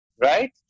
right